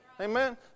Amen